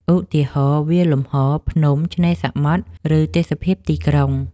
ឧទាហរណ៍ វាលលំហ ភ្នំ ឆ្នេរសមុទ្រ ឬទេសភាពទីក្រុង។